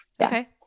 Okay